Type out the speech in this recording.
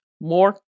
more